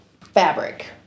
fabric